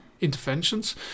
interventions